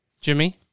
Jimmy